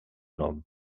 nom